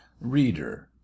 Reader